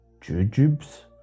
Jujubes